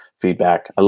feedback